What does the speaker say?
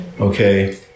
Okay